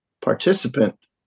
participant